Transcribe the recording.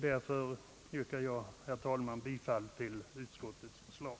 Därför yrkar jag, herr talman, bifall till utskottets förslag.